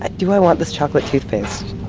ah do i want this chocolate toothpaste?